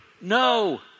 No